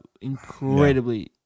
incredibly